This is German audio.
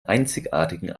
einzigartigen